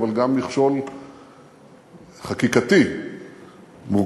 אבל גם מכשול חקיקתי מורכב,